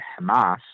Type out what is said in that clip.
Hamas